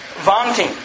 vaunting